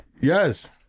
Yes